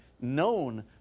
known